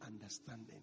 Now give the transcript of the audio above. understanding